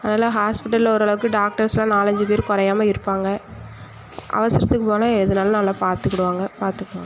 அதனால் ஹாஸ்பிட்டலில் ஓரளவுக்கு டாக்டர்ஸ்லாம் நாலஞ்சு பேர் குறையாம இருப்பாங்க அவசரத்துக்கு போனால் எதுனாலும் நல்லா பார்த்துக்கிடுவாங்க பார்த்துக்குவாங்க